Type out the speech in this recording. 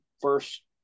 first